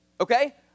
okay